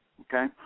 Okay